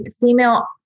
female